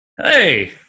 Hey